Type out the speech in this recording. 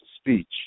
speech